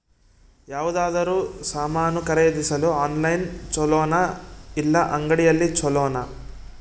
ಯಾವುದಾದರೂ ಸಾಮಾನು ಖರೇದಿಸಲು ಆನ್ಲೈನ್ ಛೊಲೊನಾ ಇಲ್ಲ ಅಂಗಡಿಯಲ್ಲಿ ಛೊಲೊನಾ?